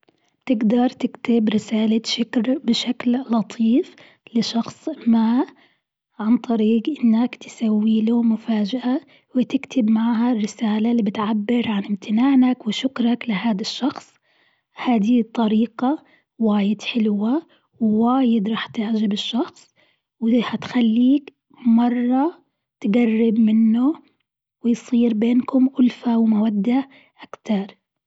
تقدر تكتب رسالة شكر بشكل لطيف لشخص ما عن طريق إنك تسوي له مفاجأة وتكتب معها الرسالة اللي بتعبر عن امتنانك وشكرك لهاذا الشخص هذه الطريقة واجد حلوة وواجد راح تعجب الشخص وإللي هتخليك مرة تقرب منه ويصير بينكم ألفة ومودة أكتر.